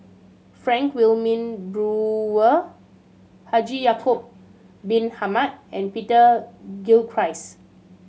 Frank Wilmin Brewer Haji Ya'acob Bin Hamed and Peter Gilchrist